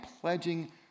pledging